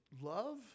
love